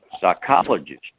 psychologist